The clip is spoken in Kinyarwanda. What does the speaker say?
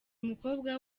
mukobwa